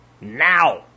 Now